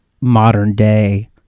modern-day